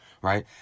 Right